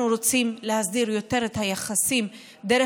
אנחנו רוצים להסדיר יותר את היחסים דרך